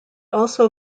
also